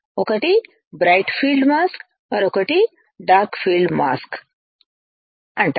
ఒకటి bright field mask అంటారు మరొకటి డార్క్ ఫీల్డ్ మాస్క్ అంటారు